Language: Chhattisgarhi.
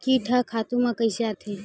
कीट ह खातु म कइसे आथे?